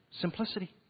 Simplicity